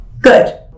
good